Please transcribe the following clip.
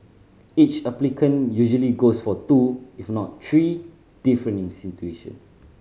each applicant usually goes for two if not three different institution